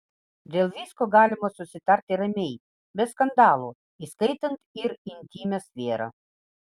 dėl visko galima susitarti ramiai be skandalų įskaitant ir intymią sferą